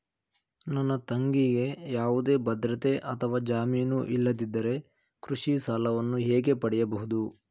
ನನ್ನ ತಂಗಿಗೆ ಯಾವುದೇ ಭದ್ರತೆ ಅಥವಾ ಜಾಮೀನು ಇಲ್ಲದಿದ್ದರೆ ಕೃಷಿ ಸಾಲವನ್ನು ಹೇಗೆ ಪಡೆಯಬಹುದು?